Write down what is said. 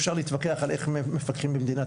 אפשר להתווכח על איך מפקחים במדינת